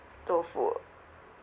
tofu